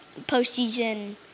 postseason